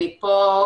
אני פה,